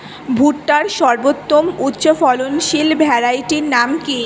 ভুট্টার সর্বোত্তম উচ্চফলনশীল ভ্যারাইটির নাম কি?